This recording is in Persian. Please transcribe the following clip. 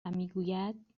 میگوید